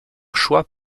choix